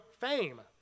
fame